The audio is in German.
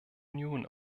union